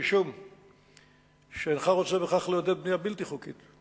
משום שאינך רוצה בכך לעודד בנייה בלתי חוקית.